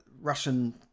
russian